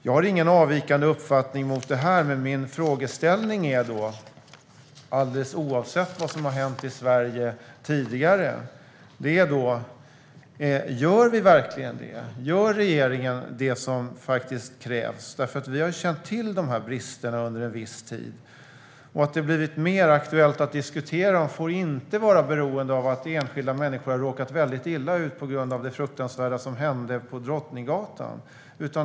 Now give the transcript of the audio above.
Jag har ingen avvikande uppfattning mot detta. Men min frågeställning, alldeles oavsett vad som har hänt i Sverige tidigare, är: Gör ni verkligen det? Gör regeringen det som krävs? Vi har känt till bristerna under en viss tid, och att det har blivit mer aktuellt att diskutera dem får inte vara beroende av att enskilda människor har råkat väldigt illa ut på grund av det fruktansvärda som hände på Drottninggatan.